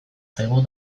zaigu